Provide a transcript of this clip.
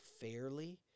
fairly